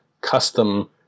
custom